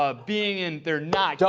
ah being in they're not